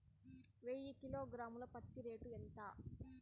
వెయ్యి కిలోగ్రాము ల పత్తి రేటు ఎంత?